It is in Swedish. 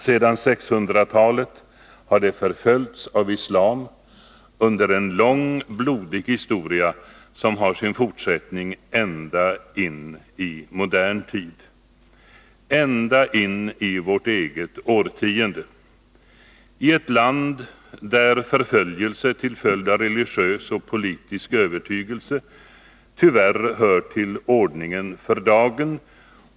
Sedan 600-talet har de förföljts av Islam under en lång, blodig historia, som har sin fortsättning ända in i modern tid, ända in i vårt eget årtionde — i ett land där förföljelse till följd av religiös och politisk övertygelse tyvärr hör till ordningen för dagen.